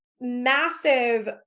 massive